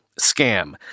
scam